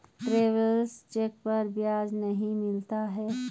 travellers cheque पर ब्याज नहीं मिलता है